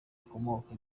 akomoka